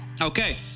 okay